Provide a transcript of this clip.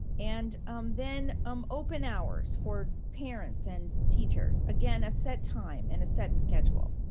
and then um open hours for parents and teachers. again, a set time and a set schedule.